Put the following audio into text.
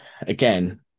again